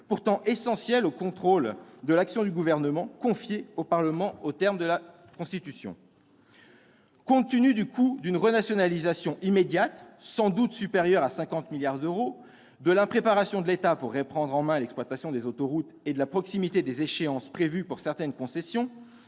pourtant essentiel au travail de contrôle de l'action du Gouvernement qui est confié au Parlement aux termes de la Constitution. Compte tenu du coût d'une renationalisation immédiate, sans doute supérieur à 50 milliards d'euros, de l'impréparation de l'État pour la reprise en main de l'exploitation des autoroutes, et de la proximité des échéances prévues pour certaines concessions,